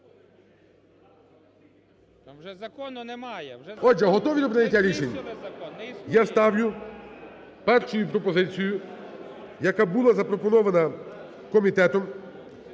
Отже, готові до прийняття рішення? Я ставлю першою пропозицією, яка була запропонована комітетом,